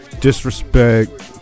Disrespect